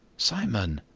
simon!